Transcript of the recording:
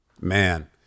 man